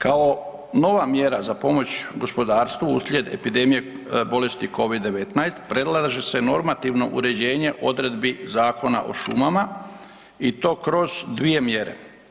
Kao nova mjera za pomoć gospodarstvu uslijed epidemije bolesti covid-19 predlaže se normativno uređenje odredbi Zakona o šumama i to kroz dvije mjere.